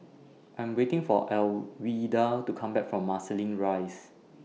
I'm waiting For Alwilda to Come Back from Marsiling Rise